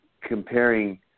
comparing